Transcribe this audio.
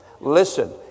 Listen